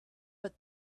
but